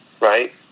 right